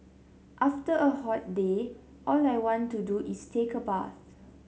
after a hot day all I want to do is take a bath